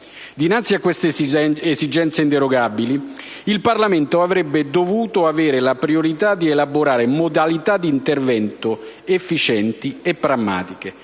Dinanzi a queste esigenze inderogabili, il Parlamento avrebbe dovuto avere come priorità quella di elaborare modalità di intervento efficienti e pragmatiche,